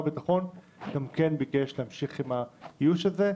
הביטחון ביקש להמשיך עם האיוש הזה.